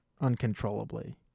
uncontrollably